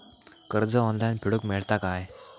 कर्ज ऑनलाइन फेडूक मेलता काय?